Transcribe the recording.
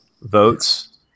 votes